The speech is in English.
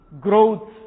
growth